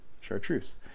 chartreuse